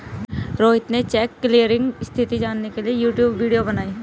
रोहित ने check clearing स्थिति जानने के लिए यूट्यूब वीडियो बनाई